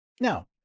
Now